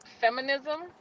feminism